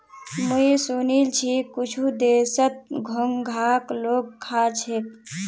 मुई सुनील छि कुछु देशत घोंघाक लोग खा छेक